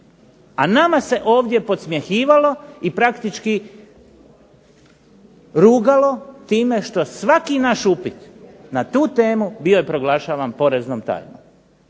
A nama se ovdje podsmjehivalo i praktički rugalo time što svaki naš upit na tu temu bio je proglašavan poreznom tajnom